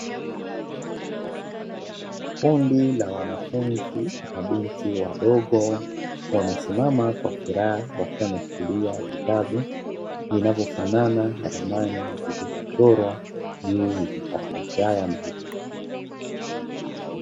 Kundi la wanafunzi la mabinti wadogo, wamesimama kwa furaha wakiwa wameshikilia vitabu vinavyofanana na ramani zilizochorwa juu ya makaratasi haya.